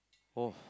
oh